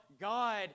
God